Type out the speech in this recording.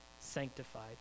sanctified